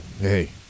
hey